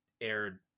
aired